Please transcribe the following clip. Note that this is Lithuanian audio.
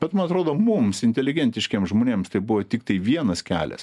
bet man atrodo mums inteligentiškiem žmonėms tai buvo tiktai vienas kelias